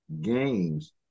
games